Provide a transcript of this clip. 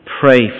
Pray